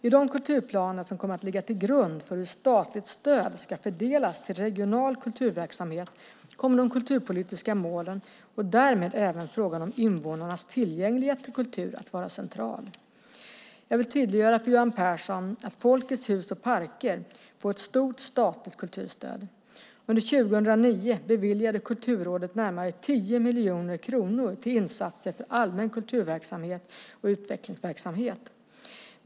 I de kulturplaner som kommer att ligga till grund för hur statligt stöd ska fördelas till regional kulturverksamhet kommer de kulturpolitiska målen och därmed även frågan om invånarnas tillgänglighet till kultur att vara central. Jag vill tydliggöra för Göran Persson att Folkets Hus och Parker får ett stort statligt kulturstöd. Under 2009 beviljade Kulturrådet närmare 10 miljoner kronor till insatser för allmän kulturverksamhet och utvecklingsverksamhet.